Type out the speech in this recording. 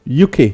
UK